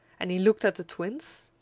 and he looked at the twins.